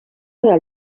del